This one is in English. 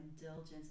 indulgence